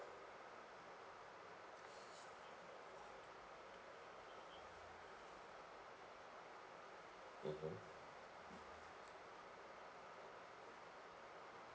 mmhmm